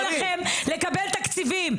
אתם אחר כך באים לבקש מאיתנו לסייע להם לקבל תקציבים.